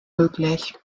möglich